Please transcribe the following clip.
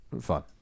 fun